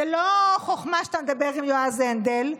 זו לא חוכמה שאתה מדבר עם יועז הנדל.